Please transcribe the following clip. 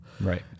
Right